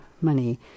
money